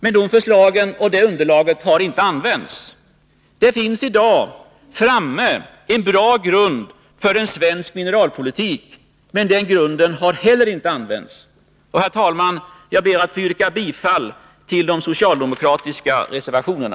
Men de förslagen och det underlaget har inte använts. Det finns i dag en bra grund för en svensk mineralpolitik, men den grunden har heller inte använts. Herr talman! Jag ber att få yrka bifall till de socialdemokratiska reservationerna.